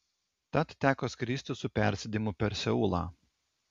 tad teko skristi su persėdimu per seulą